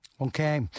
Okay